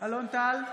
אלון טל,